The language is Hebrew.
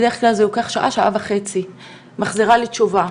בדרך כלל זה לוקח שעה-שעה וחצי והיא מחזירה לי תשובה.